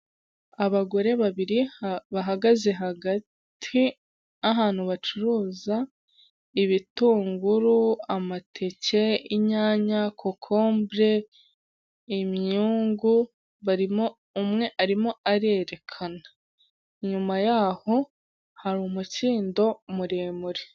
Abagore babiri bahagaze hagati ahantu bacuruza ibitunguru, amateke, inyanya, kokombure, imyungu. Barimo umwe arimo arerekana, inyuma yaho hari umukindo muremure.